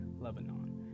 Lebanon